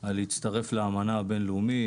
של הצטרפות לאמנה בין-לאומית,